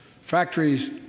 Factories